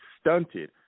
stunted